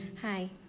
Hi